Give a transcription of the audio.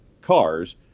cars